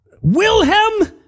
Wilhelm